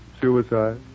suicide